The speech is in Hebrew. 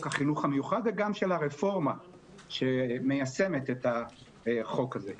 החינוך המיוחד וגם של הרפורמה שמיישמת את החוק הזה.